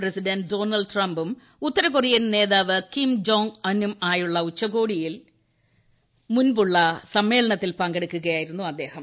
president Donald ട്രംപും ഉത്തരകൊറിയൻ നേതാവ് കിം ജോംഗ് അൻ നും ആയുള്ള ഉച്ചകോടിയ്ക്ക് മുൻപുള്ള സമ്മേളനത്തിൽ പങ്കെടുക്കുകയായിരുന്നു അദ്ദേഹം